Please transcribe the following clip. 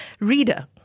reader